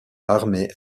armée